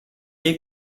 jej